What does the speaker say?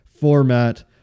format